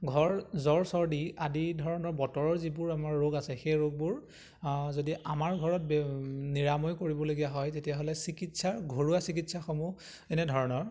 ঘৰ জ্বৰ চৰ্দি আদি ধৰণৰ বতৰৰ যিবোৰ আমাৰ ৰোগ আছে সেই ৰোগবোৰ যদি আমাৰ ঘৰত নিৰাময় কৰিবলগীয়া হয় তেতিয়াহ'লে চিকিৎসাৰ ঘৰুৱা চিকিৎসাসমূহ এনেধৰণৰ